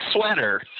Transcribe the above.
sweater